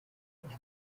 ubwo